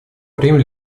время